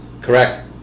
Correct